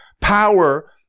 power